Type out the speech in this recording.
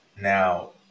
Now